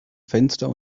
fenster